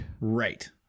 Right